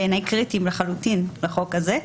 בעיניי קריטיים לחוק הזה,